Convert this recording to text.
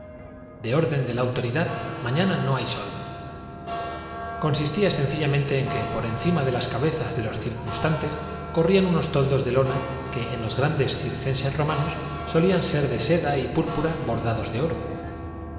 de orden de la autoridad mañana toros con la que aquel guarda una com no hay sol consistía sencillamente en que por encima pleta analogía baste saber que los veinte mil especta de las cabezas de los circunstantes corrían unos toldos dores de que era capaz el de pompeya invadieron de lona que en los grandes circenses romanos solían desde muy temprano aquel día los asientos que los ser de seda y púrpura bordados de oro